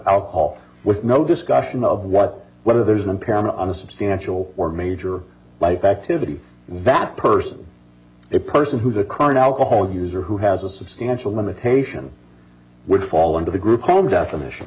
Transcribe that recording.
alcohol with no discussion of what whether there's impairment unsubstantial or major life activity that person a person who's a current alcohol user who has a substantial limitation would fall into the group home definition